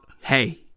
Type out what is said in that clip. hey